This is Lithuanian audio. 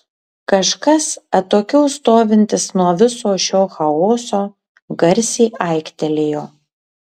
kažkas atokiau stovintis nuo viso šio chaoso garsiai aiktelėjo